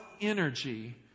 energy